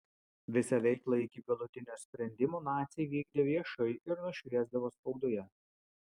visą veiklą iki galutinio sprendimo naciai vykdė viešai ir nušviesdavo spaudoje